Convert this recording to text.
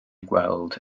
gweld